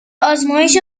آزمایش